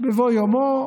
בבוא יומו,